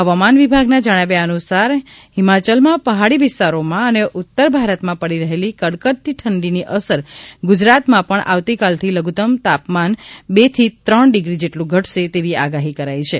હવામાન વિભાગના જણાવ્યા અનુસાર હિમાચલના પહાડી વિસ્તારોમાં અને ઉત્તરભારતમાં પડી રહેલી કડકડતી ઠંડીની અસર ગુજરાતમાં પણ આવતીકાલથી લધુત્તમ તાપમાન બેથી ત્રણ ડિગ્રી જેટલું ઘટશે તેવી આગાહી કરાઈ છે